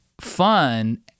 fun